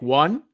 one